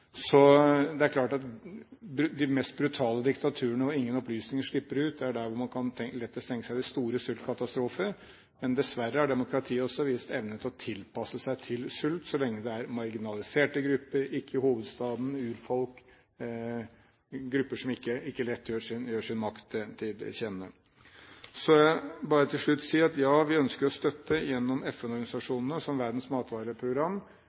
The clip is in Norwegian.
Det er klart at det er i de mest brutale diktaturene, hvor ingen opplysninger slipper ut, man lettest kan tenke seg de store sultkatastrofer. Men dessverre har demokratiet også vist evne til å tilpasse seg sult, så lenge det gjelder marginaliserte grupper – ikke i hovedstaden, urfolk, grupper som ikke lett gir sin makt til kjenne. Til slutt vil jeg si at ja, vi ønsker å støtte gjennom FN-organisasjonene, som f.eks. Verdens matvareprogram.